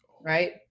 Right